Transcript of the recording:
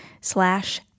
slash